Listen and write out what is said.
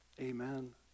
Amen